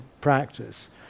practice